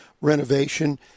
renovation